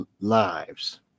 lives